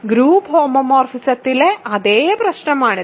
group ഹോമോമോർഫിസത്തിലെ അതേ പ്രശ്നമാണിത്